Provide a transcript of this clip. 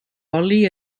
oli